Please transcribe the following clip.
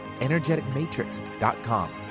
energeticmatrix.com